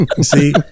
see